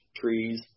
trees